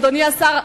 אדוני השר,